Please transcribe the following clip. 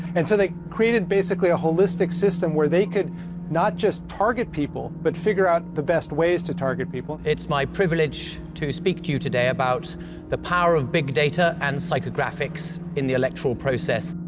and so they created basically a holistic system where they could not just target people, but figure out the best ways to target people. it's my privilege to speak to you today about the power of big data and psychographics in the electoral process.